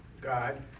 God